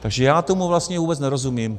Takže já tomu vlastně vůbec nerozumím.